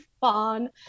fun